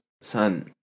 son